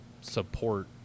support